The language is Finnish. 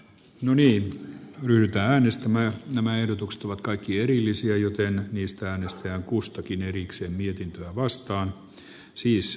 noni ryyppäämistä myös nämä ehdotukset ovat kaikki erillisiä joten niistä äänestetään kustakin erikseen mietintöä vastaan arvoisa puhemies